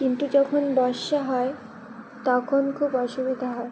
কিন্তু যখন বর্ষা হয় তখন খুব অসুবিধা হয়